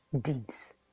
deeds